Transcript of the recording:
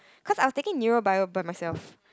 cause I was taking neuro bio by myself